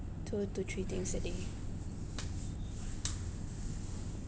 two to three things a day